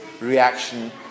reaction